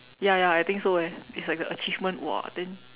ya ya I think so eh it's like the achievement !wah! then